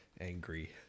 angry